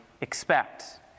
expect